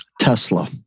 Tesla